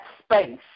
space